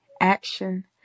action